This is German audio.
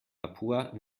papua